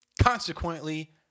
consequently